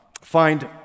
find